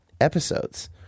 episodes